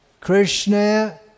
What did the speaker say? Krishna